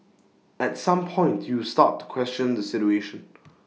at some point you start to question the situation